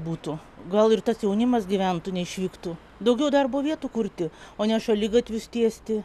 būtų gal ir tas jaunimas gyventų neišvyktų daugiau darbo vietų kurti o ne šaligatvius tiesti